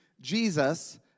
Jesus